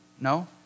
no